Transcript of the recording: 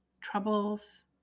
troubles